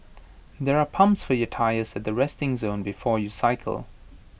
there are pumps for your tyres at the resting zone before you cycle